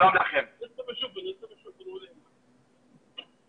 אתם הולכים על תביעה משפטית נגד החברה?